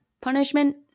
punishment